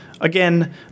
Again